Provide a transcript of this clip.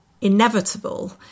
inevitable